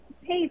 Hey